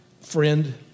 Friend